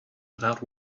without